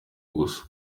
gusa